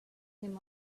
came